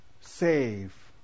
save